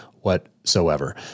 whatsoever